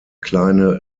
kleine